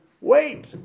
wait